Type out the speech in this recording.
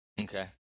Okay